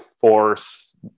force